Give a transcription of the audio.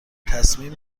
تصمیم